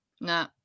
no